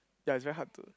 ya it's very hard to